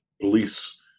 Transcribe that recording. police